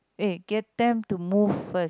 eh get them to move first